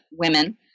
women